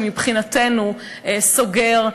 שמבחינתנו סוגר,